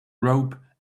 rope